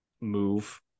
move